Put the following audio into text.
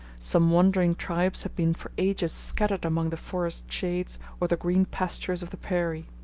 some wandering tribes had been for ages scattered among the forest shades or the green pastures of the prairie.